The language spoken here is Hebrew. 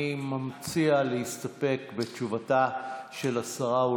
אני מציע להסתפק בתשובתה של השרה,